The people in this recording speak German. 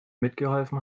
mitgeholfen